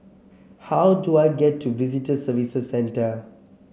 how do I get to Visitor Services Centre